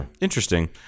interesting